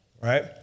right